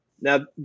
Now